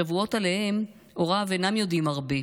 שבועות שעליהם הוריו אינם יודעים הרבה.